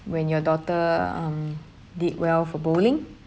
when your daughter um did well for bowling